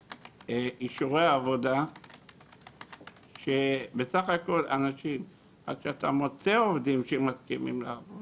אישורי עבודה כשבסך הכל עד שאתה מוצא עובדים שמסכימים לעבוד